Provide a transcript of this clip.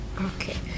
Okay